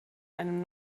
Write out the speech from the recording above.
einem